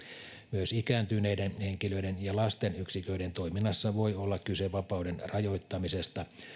myös ikääntyneiden henkilöiden yksiköiden ja lastenyksiköiden toiminnassa voi olla kyse vapauden rajoittamisesta